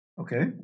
Okay